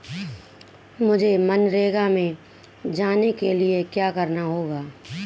मुझे मनरेगा में जाने के लिए क्या करना होगा?